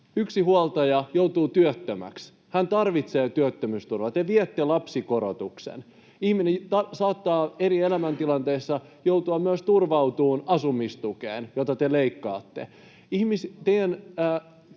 yksinhuoltaja joutuu työttömäksi, hän tarvitsee työttömyysturvaa. Te viette lapsikorotuksen. Ihminen saattaa eri elämäntilanteissa joutua myös turvautumaan asumistukeen, jota te leikkaatte.